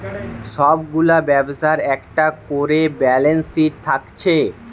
সব গুলা ব্যবসার একটা কোরে ব্যালান্স শিট থাকছে